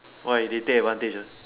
why they take advantage ah